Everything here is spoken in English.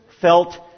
felt